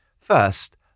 First